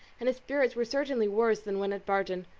and his spirits were certainly worse than when at barton.